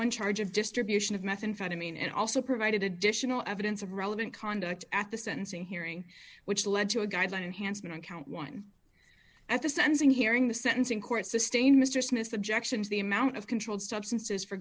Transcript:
one charge of distribution of methamphetamine and also provided additional evidence of relevant conduct at the sentencing hearing which led to a guideline enhancement on count one at the sentencing hearing the sentencing court sustain mr smith's objections the amount of controlled substances for